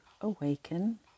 awaken